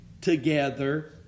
together